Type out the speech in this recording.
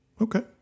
Okay